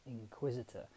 Inquisitor